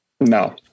No